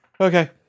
Okay